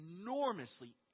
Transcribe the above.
enormously